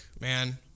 man